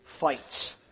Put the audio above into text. fights